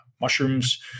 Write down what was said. mushrooms